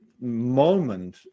moment